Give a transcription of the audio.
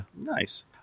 Nice